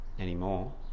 anymore